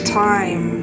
time